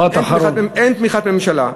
אין תמיכת ממשלה.